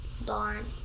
barn